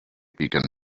piquen